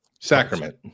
Sacrament